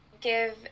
give